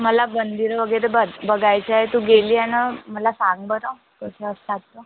मला मंदिरं वगैरे ब बघायचं आहे तू गेली आणि मला सांग बरं कशा असतातच